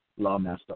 Lawmaster